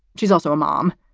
she's also a mom.